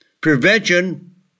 Prevention